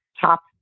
top